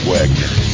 Wagner